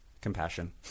compassion